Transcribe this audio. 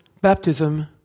baptism